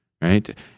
right